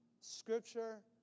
Scripture